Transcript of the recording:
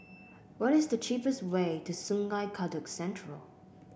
what is the cheapest way to Sungei Kadut Central